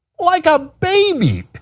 like a baby.